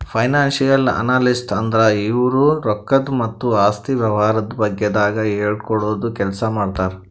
financial analyst ಅಂದ್ರ ಇವ್ರು ರೊಕ್ಕದ್ ಮತ್ತ್ ಆಸ್ತಿ ವ್ಯವಹಾರದ ಬಗ್ಗೆದಾಗ್ ಹೇಳ್ಕೊಡದ್ ಕೆಲ್ಸ್ ಮಾಡ್ತರ್